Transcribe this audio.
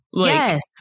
Yes